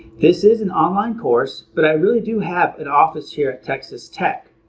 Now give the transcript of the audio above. this is an online course, but i really do have an office here at texas tech,